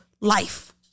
life